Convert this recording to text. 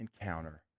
encounter